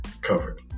covered